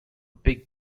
big